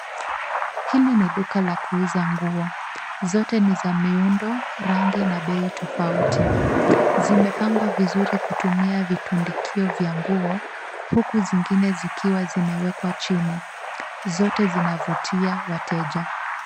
Hii ni duka la kuuza nguo. Bidhaa zote ni za miundo, rangi na bei tofauti. Zimepangwa vizuri kwa kutumia vitu vya kuonyesha nguo, huku zingine zikiwa zimewekwa kwenye rafu za chini. Zote zinavutia wateja.